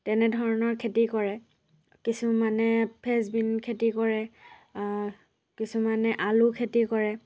তেনেধৰণৰ খেতি কৰে কিছুমানে ফেচবিন খেতি কৰে কিছুমানে আলু খেতি কৰে